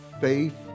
faith